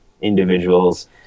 individuals